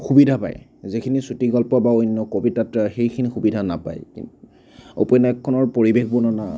সুবিধা পায় যিখিনি চুটি গল্প বা অন্য কবিতাত সেইখিনি সুবিধা নাপায় উপন্যাসখনৰ পৰিৱেশ বৰ্ণনা